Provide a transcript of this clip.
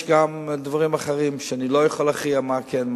יש גם דברים אחרים שאני לא יכול להכריע מה כן,